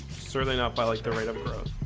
certainly not by like the rate of growth